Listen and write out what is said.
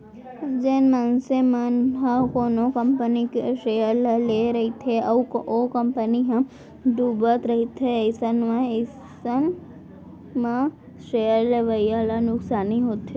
जेन मनसे मन ह कोनो कंपनी के सेयर ल लेए रहिथे अउ ओ कंपनी ह डुबत रहिथे अइसन म अइसन म सेयर लेवइया ल नुकसानी होथे